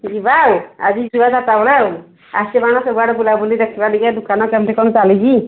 ଯିବା ଆଉ ଆଜି ଯିବା ଚାରିଟା ବେଳେ ଆସଛି କ'ଣ ସବୁଆଡ଼େ ବୁଲା ବୁଲି ଦେଖିବା ଟିକେ ଦୋକାନ କେମିତି କ'ଣ ଚାଲିଛି